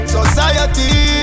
Society